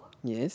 yes